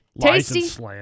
Tasty